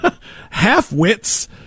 half-wits